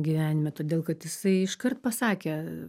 gyvenime todėl kad jisai iškart pasakė